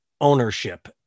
ownership